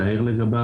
להעיר לגביו.